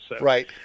Right